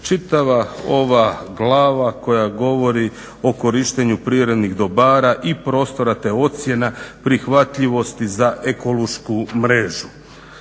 čitava ova glava koja govori o korištenju prirodnih dobara i prostora te ocjena prihvatljivosti za ekološku mrežu.